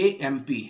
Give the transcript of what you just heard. AMP